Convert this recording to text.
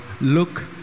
look